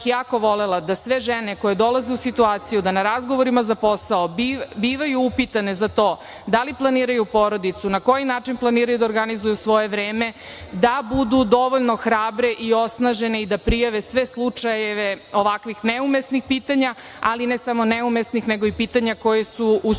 jako volela da sve žene koje dolaze u situaciju da na razgovorima za posao bivaju upitane za to, da li planiraju porodicu, na koji način planiraju da organizuju svoje vreme, da budu dovoljno hrabre i osnažene i da prijave sve slučajeve ovakvih neumesnih pitanja, ali ne samo ne umesnih nego i pitanja koje su u